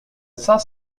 cinq